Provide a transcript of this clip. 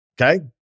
Okay